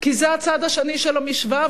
כי זה הצד השני של המשוואה,